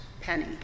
penny